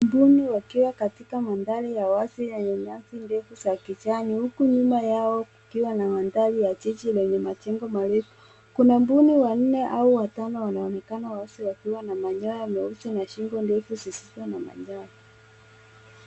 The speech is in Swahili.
Mbuni wakiwa katika mandhari ya wazi yenye nyasi ndefu za kijani huku nyuma yao kukiwa na mandhari ya jiji lenye majengo marefu. Kuna mbuni wanne au watano wanaonekana wazi wakiwa na manyoya meusi ni shingo ndefu zisizo na manyoya.